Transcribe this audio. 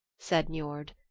said niord,